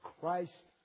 Christ